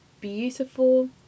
beautiful